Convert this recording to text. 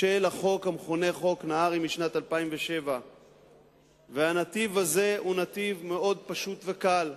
של החוק המכונה "חוק נהרי" משנת 2007. הנתיב הזה הוא נתיב מאוד פשוט וקל.